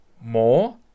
more